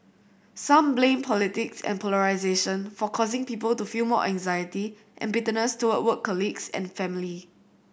some blame politics and polarisation for causing people to feel more anxiety and bitterness toward work colleagues and family